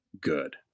good